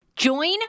Join